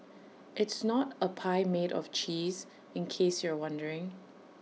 it's not A pie made of cheese in case you're wondering